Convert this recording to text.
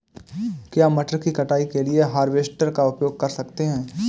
क्या मटर की कटाई के लिए हार्वेस्टर का उपयोग कर सकते हैं?